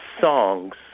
songs